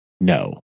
no